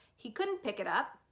he couldn't pick it up.